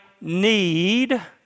need